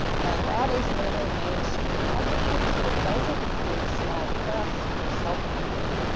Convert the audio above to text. and that is mainly mainstream publishers. so it doesn't include small press or self-published.